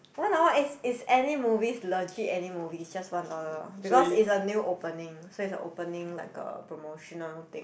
one hour is is any movies legit any movies just one dollar because it's a new opening so it's a opening like a promotional thing